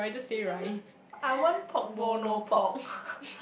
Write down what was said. I want pork bowl no pork